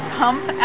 pump